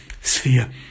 sphere